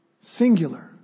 singular